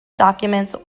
documents